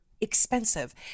expensive